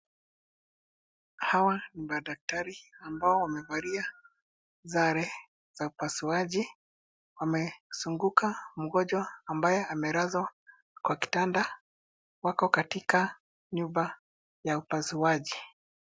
Hawa ni madaktari ambao wamevalia sare za upasuaji. Wamezunguka mgonjwa ambaye amelazwa kwa kitanda. Wako katika nyumba ya upasuaji.